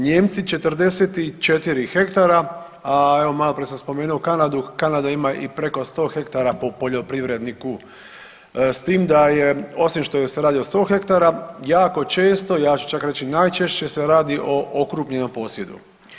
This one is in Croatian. Nijemci 44 hektara, a evo malo prije sam spomenuo Kanadu, Kanada ima i preko 100 hektara po poljoprivredniku s tim da je osim što se radi o 100 hektara jako čestu, ja ću čak reći najčešće se radi o okrupnjenom posjedu.